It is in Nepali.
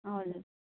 हजुर